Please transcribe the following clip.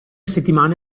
settimana